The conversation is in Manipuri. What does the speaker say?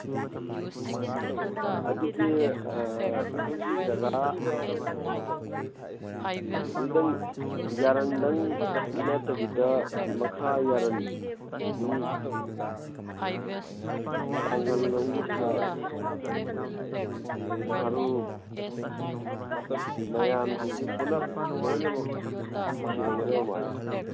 ꯎꯝ ꯑꯗꯨꯗꯤ ꯑꯩꯈꯣꯏꯒꯤ ꯖꯒꯥ ꯗꯨꯗꯪ ꯌꯥꯔꯟꯗꯪ ꯅꯠꯇꯕꯤꯗ ꯃꯈꯥ ꯌꯥꯔꯟ ꯑꯗꯒꯤ ꯄꯥꯡꯒꯜꯂꯣꯝꯒꯤ ꯁꯥꯏꯠ ꯅꯍꯥꯔꯨꯞ ꯃꯌꯥꯝꯁꯤꯡꯁꯤ ꯄꯨꯂꯞ ꯂꯣꯏꯅꯃꯛ ꯁꯤꯔꯝꯒꯗꯧꯕ ꯃꯥꯜꯂꯦ